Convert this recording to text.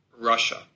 Russia